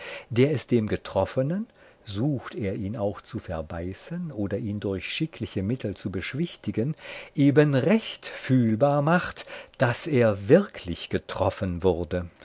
der es dem getroffenen sucht er ihn auch zu verbeißen oder ihn durch schickliche mittel zu beschwichtigen eben recht fühlbar macht daß er wirklich getroffen wurde